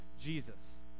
Jesus